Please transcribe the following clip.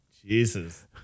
Jesus